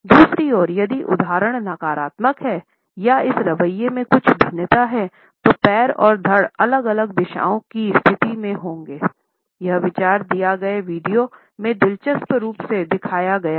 दूसरी ओर यदि उदाहरण नकारात्मक है या इस रवैया में कुछ भिन्नता है तो पैर और धड़ अलग अलग दिशाओं की स्थिति में होंगेयह विचार दिए गए वीडियो में दिलचस्प रूप से दिखाया गया है